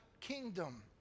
kingdom